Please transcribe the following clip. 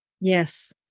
Yes